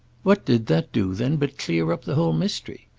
what did that do then but clear up the whole mystery?